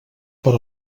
per